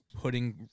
putting